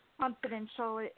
confidential